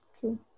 True